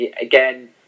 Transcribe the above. Again